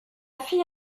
fille